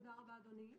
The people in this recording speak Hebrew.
תודה רבה, אדוני.